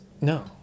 No